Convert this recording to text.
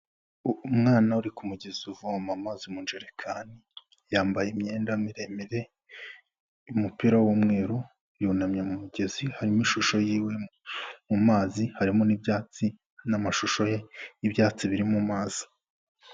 Umwana uri ku kumugezi uvoma amazi mu njerekani, yambaye imyenda miremire, umupira w'umweru, yunamye mu mugezi, harimo ishusho y'iwe mu mazi, harimo n'ibyatsi n'amashusho ye y'ibyatsi biri mu mazi.